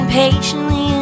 patiently